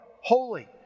holy